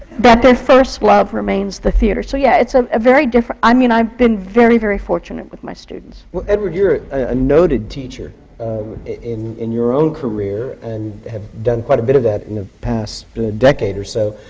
that their first love remains the theatre. so yeah, it's a very different i mean, i've been very, very fortunate with my students. well, edward, you're a noted teacher in in your own career, and have done quite a bit of that in the past decade or so.